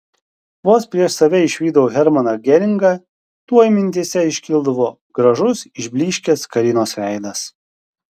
vos prieš save išvysdavau hermaną geringą tuoj mintyse iškildavo gražus išblyškęs karinos veidas